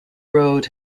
road